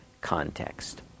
context